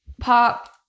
pop